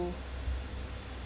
to